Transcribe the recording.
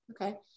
okay